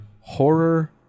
horror